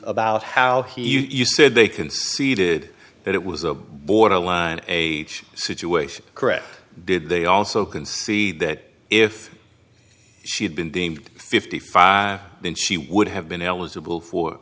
about how you said they conceded that it was a borderline a situation correct did they also can see that if she'd been deemed fifty five then she would have been eligible for